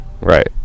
right